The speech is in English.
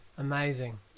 Amazing